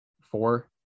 four